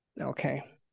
okay